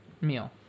meal